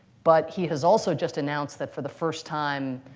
but he has also just announced that, for the first time,